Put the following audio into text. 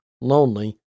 lonely